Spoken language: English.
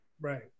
Right